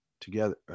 together